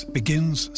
begins